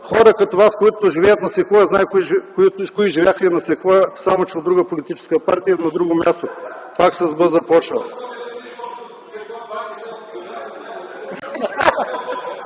хора като Вас, които живеят на „Секвоя”, знам кои живяха на „Секвоя”, само че от друга политическа партия и на друго място, пак с „б” започва.